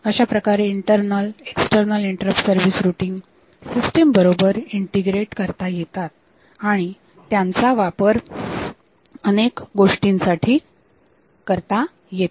अशाप्रकारे internal external interrupt service routine system बरोबर integrate करता येतात आणि आणि त्यांचा वापर अनेक गोष्टींसाठी करता येतो